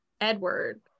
Edward